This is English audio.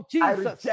Jesus